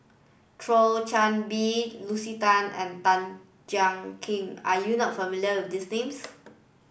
Thio Chan Bee Lucy Tan and Tan Jiak Kim are you not familiar with these names